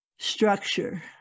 structure